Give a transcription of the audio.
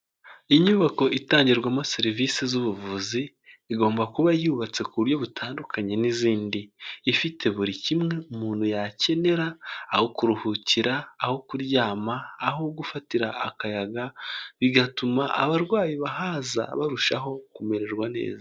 Inyubako itangirwamo serivisi z'ubuvuzi igomba kuba yubatse ku buryo butandukanye n'izindi ifite buri kimwe umuntu yakenera aho kuruhukira, aho kuryama aho gufatira akayaga bigatuma abarwayi bahaza barushaho kumererwa neza.